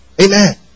Amen